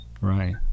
right